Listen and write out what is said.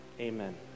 Amen